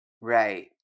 right